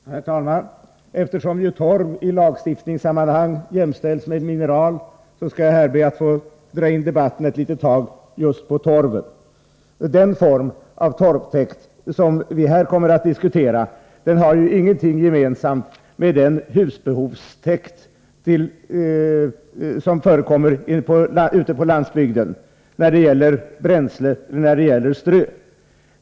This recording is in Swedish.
Herr talman! Eftersom torv i lagstiftningssammanhang jämställs med mineral ber jag att i den här debatten ett tag få ägna mig åt just torven. Den form av torvtäkt som vi här kommer att diskutera har ingenting gemensamt med den husbehovstäkt som förekommer ute på landsbygden när det gäller bränsle och strö.